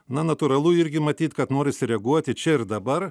na natūralu irgi matyt kad norisi reaguoti čia ir dabar